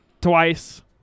twice